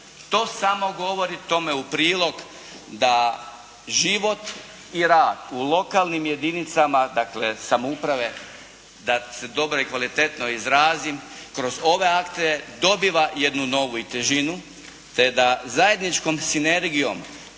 To samo govori tome u prilog da život i rad u lokalnim jedinicama dakle samouprave da se dobro i kvalitetno izrazim kroz ove akte dobiva jednu novu i težinu te da zajedničkom sinergijom